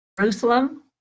Jerusalem